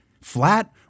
Flat